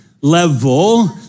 level